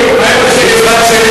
שאירים.